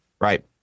right